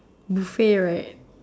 okay you're right